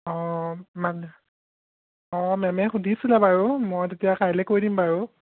অঁ মানে অঁ মেমে সুধিছিলে বাৰু মই তেতিয়া কাইলৈ কৈ দিম বাৰু